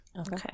Okay